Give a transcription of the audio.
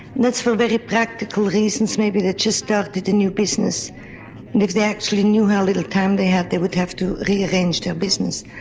that's for very practical reasons, maybe they just started a new business and if they actually knew how little time they had they would have to rearrange their business.